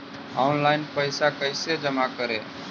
Online पैसा कैसे जमा करे?